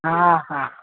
हा हा